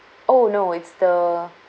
oh no it's the